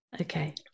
Okay